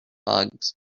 bugs